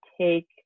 take